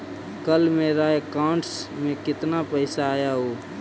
कल मेरा अकाउंटस में कितना पैसा आया ऊ?